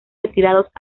retirados